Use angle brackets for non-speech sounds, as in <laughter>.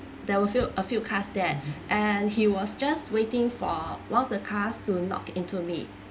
there were few a few cars there <breath> and he was just waiting for one of the cars to knock into me